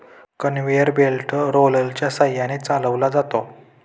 conveyor belt रोलरच्या सहाय्याने चालवला जातो